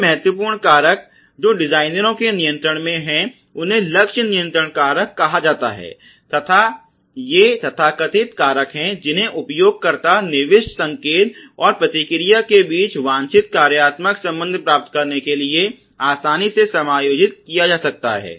अन्य महत्वपूर्ण कारक जो डिजाइनरों के नियंत्रण में हैं उन्हें लक्ष्य नियंत्रण कारक कहा जाता है और ये तथाकथित कारक हैं जिन्हें उपयोगकर्ता निविष्ट संकेत और प्रतिक्रिया के बीच वांछित कार्यात्मक संबंध प्राप्त करने के लिए आसानी से समायोजित किया जा सकता है